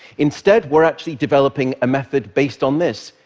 instead, we're actually developing a method based on this.